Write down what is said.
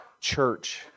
church